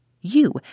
You